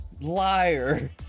Liar